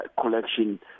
collection